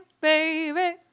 baby